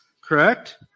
correct